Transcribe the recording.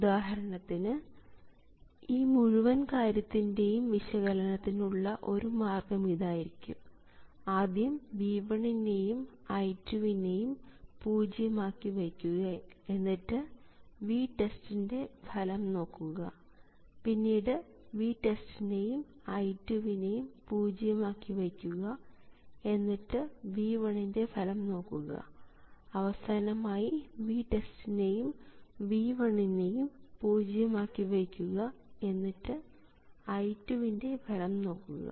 ഉദാഹരണത്തിന് ഈ മുഴുവൻ കാര്യത്തിൻറെയും വിശകലനത്തിന് ഉള്ള ഒരു മാർഗം ഇതായിരിക്കും ആദ്യം V1 നെയും I2 നെയും പൂജ്യം ആക്കി വയ്ക്കുക എന്നിട്ട് VTEST ൻറെ ഫലം നോക്കുക പിന്നീട് VTEST നെയും I2 നെയും പൂജ്യം ആക്കി വയ്ക്കുക എന്നിട്ട് V1 ൻറെ ഫലം നോക്കുക അവസാനമായി VTEST നെയും V1 നെയും പൂജ്യം ആക്കി വയ്ക്കുക എന്നിട്ട് I2 ൻറെ ഫലം നോക്കുക